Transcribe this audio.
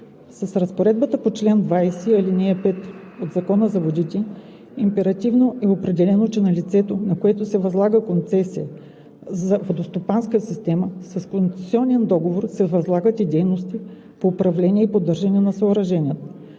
С разпоредбата на чл. 20, ал. 5 от Закона за водите императивно е определено, че на лицето, на което се възлага концесия за водностопанска система, с концесионния договор се възлагат и дейностите по управление и поддържане на съоръженията.